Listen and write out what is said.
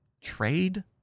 trade